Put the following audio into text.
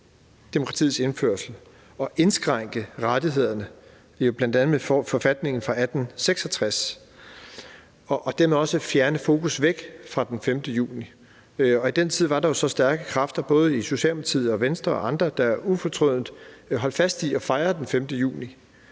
demokratiets indførelse og indskrænke rettighederne, bl.a. med forfatningen fra 1866, og dermed også på at fjerne fokus fra den 5. juni. Men i den tid var der altså stærke kræfter i Socialdemokratiet og Venstre og andre steder, der ufortrødent holdt fast i at fejre den 5. juni